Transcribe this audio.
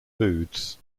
foods